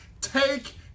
take